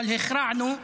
אבל הכרענו,